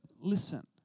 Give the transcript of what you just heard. Listen